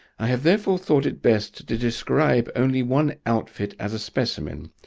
i have therefore thought it best to describe only one outfit as a specimen,